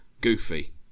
Goofy